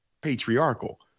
Patriarchal